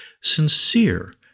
sincere